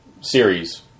series